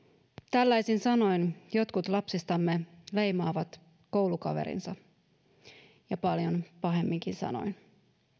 tällaisin sanoin jotkut lapsistamme leimaavat koulukaverinsa ja paljon pahemminkin sanoin